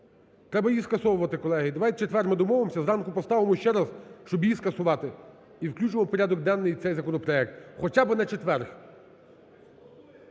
треба її скасовувати, колеги. Давайте в четвер ми домовимося зранку поставимо ще раз, щоб її скасувати і включимо в порядок денний цей законопроект, хоча би на четвер.